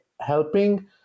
helping